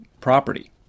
Property